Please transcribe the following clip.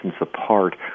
apart